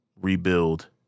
rebuild